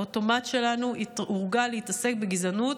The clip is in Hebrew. האוטומט שלנו הורגל להתעסק בגזענות